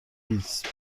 گیتس